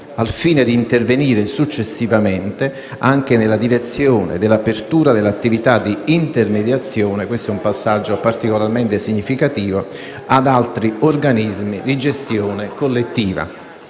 al fine di intervenire successivamente, anche nella direzione dell'apertura dell'attività di intermediazione - passaggio particolarmente significativo - ad altri organismi di gestione collettiva;